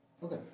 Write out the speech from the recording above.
Okay